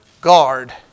guard